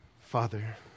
Father